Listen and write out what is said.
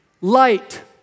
Light